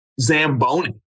Zamboni